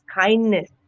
kindness